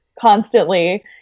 constantly